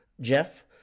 Jeff